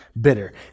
bitter